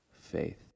faith